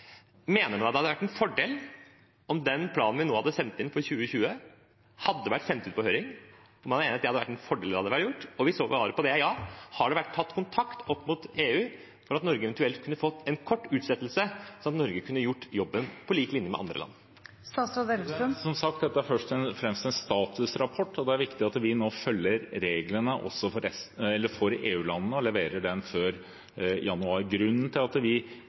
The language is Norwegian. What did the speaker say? Mener han at det hadde vært en fordel om den planen vi nå hadde sendt inn for 2020, hadde vært sendt ut på høring? Er han enig i at det hadde vært en fordel om det hadde vært gjort? Og hvis svaret på det er ja: Har det vært tatt kontakt opp mot EU for at Norge eventuelt kunne fått en kort utsettelse, sånn at Norge kunne gjort jobben på lik linje med andre land? Som sagt: Dette er først og fremst en statusrapport, og det er viktig at vi nå følger reglene for EU-landene og leverer den før januar. Grunnen til at vi